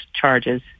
charges